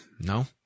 No